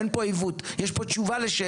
אין פה עיוות, יש פה תשובה לשאלה.